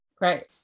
Right